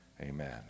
Amen